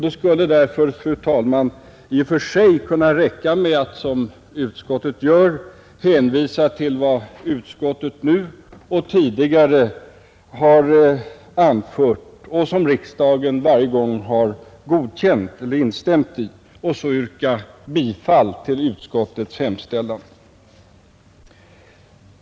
Det skulle därför, fru talman, i och för sig kunna räcka med att, som utskottet gör, hänvisa till vad utskottet nu och tidigare har anfört och som riksdagen varje gång har instämt i och så yrka bifall till utskottets hemställan.